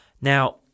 Now